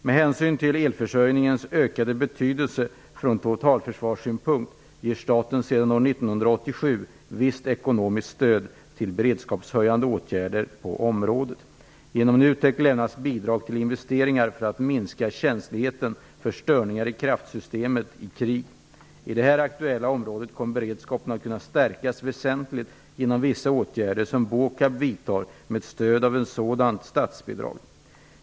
Med hänsyn till elförsörjningens ökade betydelse från totalförsvarssynpunkt ger staten sedan år 1987 visst ekonomiskt stöd till beredskapshöjande åtgärder på området. Genom NUTEK lämnas bidrag till investeringar för att minska känsligheten för störningar i kraftsystemet i krig. I det här aktuella området kommer beredskapen att kunna stärkas väsentligt genom vissa åtgärder som Båkab vidtar med stöd av ett sådant statsbidrag.